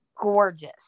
gorgeous